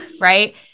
right